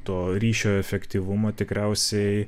to ryšio efektyvumo tikriausiai